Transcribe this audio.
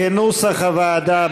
כנוסח הוועדה,